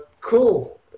Cool